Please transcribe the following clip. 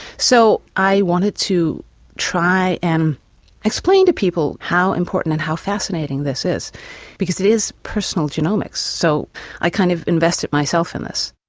so i wanted to try and explain to people how important and how fascinating this is because it is personal genomics so i kind of invested myself in this.